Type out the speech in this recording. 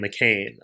McCain